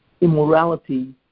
immorality